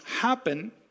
happen